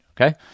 Okay